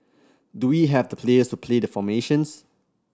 do we have the players to play the formations